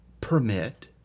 permit